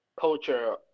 culture